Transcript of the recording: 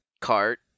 cart